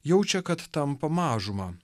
jaučia kad tampa mažuma